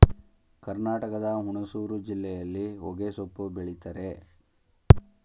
ಕರ್ನಾಟಕದ ಹುಣಸೂರು ಜಿಲ್ಲೆಯಲ್ಲಿ ಹೊಗೆಸೊಪ್ಪು ಬೆಳಿತರೆ